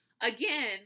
again